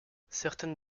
certaines